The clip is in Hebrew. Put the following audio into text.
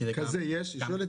כזה יש?